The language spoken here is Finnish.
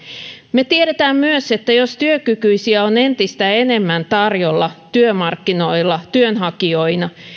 me tiedämme myös että jos työkykyisiä on entistä enemmän tarjolla työmarkkinoilla työnhakijoina